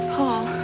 Paul